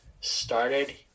started